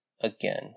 again